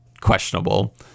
questionable